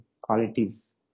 qualities